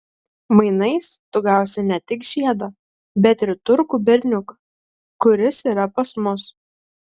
mainais tu gausi ne tik žiedą bet ir turkų berniuką kuris yra pas mus